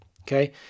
Okay